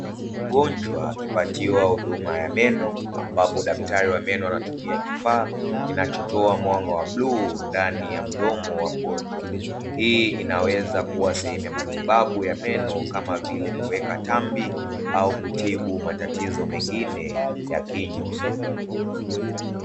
Mgonjwa akipatiwa huduma ya meno, ambapo daktari wa meno anatumia kifaa kinachotoa mwanga wa bluu ndani ya mdomo wa mgonjwa. Hii inaweza kuwa sehemu ya matibabu ya meno kama vile kuweka tambi au kutibu matatizo mengine ya kinywa.